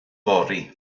fory